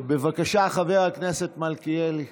בבקשה, חבר הכנסת מלכיאלי.